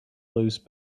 lose